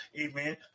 amen